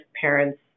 parents